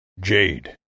Jade